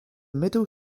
middle